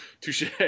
Touche